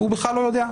והוא בכלל לא יודע.